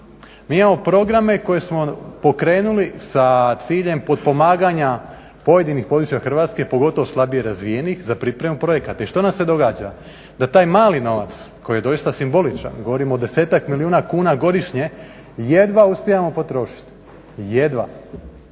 Mi imamo programe koje smo pokrenuli sa ciljem potpomaganja pojedinih područja Hrvatske, pogotovo slabije razvijenih za pripremu projekata. I što nam se događa? Da taj mali novac koji je doista simboličan, govorimo o desetak milijuna kuna godišnje, jedva uspijevamo potrošiti, jedva